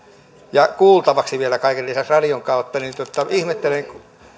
ja kuultavaksi vielä kaiken lisäksi radion kautta ihmettelen